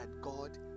God